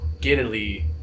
giddily